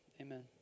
Amen